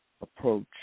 approach